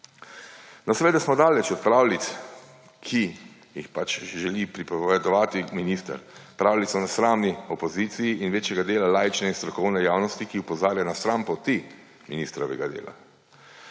Seveda smo daleč od pravljic, ki jih želi pripovedovati minister. Pravljic o nesramnosti opozicije in večjega dela laične in strokovne javnosti, ki opozarja na stranpoti ministrovega dela.